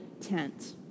tent